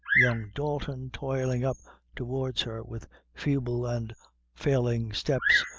young dalton, toiling up towards her with feeble and failing steps,